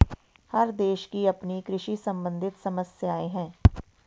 हर देश की अपनी कृषि सम्बंधित समस्याएं हैं